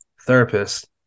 therapist